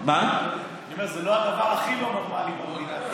זה לא הדבר הכי לא נורמלי במדינה,